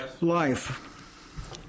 life